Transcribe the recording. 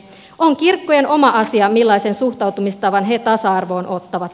on kirkkojen oma asia millaisen suhtautumistavan ne tasa arvoon ottavat